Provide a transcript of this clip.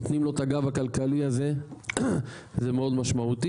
נותנים לו את הגב הכלכלי הזה, זה מאוד משמעותי,